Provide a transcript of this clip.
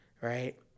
right